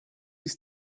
ist